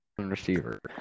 receiver